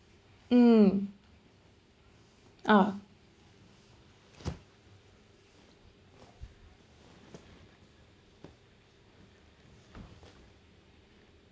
mm ah